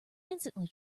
instantly